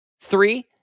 Three